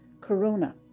Corona